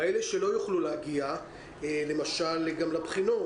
כאלה שלא יוכלו להגיע, למשל, גם לבחינות.